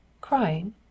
Crying